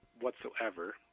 whatsoever